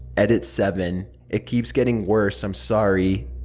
edit seven it keeps getting worse im sorry